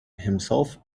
himself